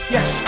Yes